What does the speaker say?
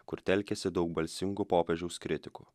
kur telkiasi daug balsingų popiežiaus kritikų